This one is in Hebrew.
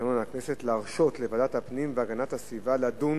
לתקנון הכנסת להרשות לוועדת הפנים והגנת הסביבה לדון